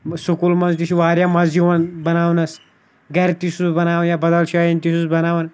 سکوٗلن منٛز تہِ چھِ واریاہ مَزٕ یِوان بَناونَس گرِ تہِ چھُس بہٕ بَناوان یا بَدَل جایَن تہِ چھُس بَناوان